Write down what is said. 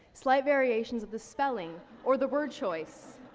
slight variations of the spelling or the word choice,